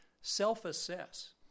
self-assess